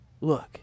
Look